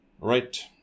right